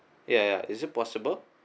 ya ya is it possible